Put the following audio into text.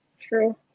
True